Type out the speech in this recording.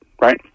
right